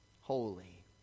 holy